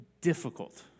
difficult